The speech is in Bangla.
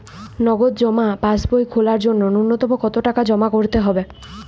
নগদ জমা পাসবই খোলার জন্য নূন্যতম কতো টাকা জমা করতে হবে?